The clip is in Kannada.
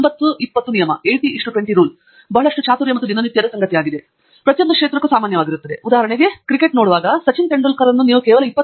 ಪ್ರೊಫೆಸರ್ ಆಂಡ್ರ್ಯೂ ಥಂಗರಾಜ್ ಇದು ಬಹಳಷ್ಟು ಚಾತುರ್ಯ ಮತ್ತು ದಿನನಿತ್ಯದ ಸಂಗತಿಯಾಗಿದೆ ಮತ್ತು ಅದು ಪ್ರತಿಯೊಂದು ಕ್ಷೇತ್ರಕ್ಕೂ ಸಾಮಾನ್ಯವಾಗಿರುತ್ತದೆ ನೀವು ಕ್ರಿಕೆಟ್ ಪಿಚ್ನಲ್ಲಿ ಸಚಿನ್ ತೆಂಡೂಲ್ಕರ್ ಅವರನ್ನು 20 ರಷ್ಟು ಸಮಯವನ್ನು ನೋಡುತ್ತೀರಿ